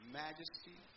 majesty